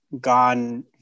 gone